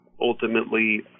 ultimately